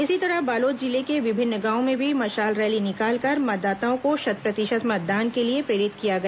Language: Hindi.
इसी तरह बालोद जिले के विभिन्न गांवों में भी मशाल रैली निकालकर मतदाताओं को शत प्रतिशत मतदान के लिए प्रेरित किया गया